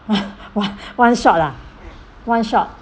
one-shot ah one-shot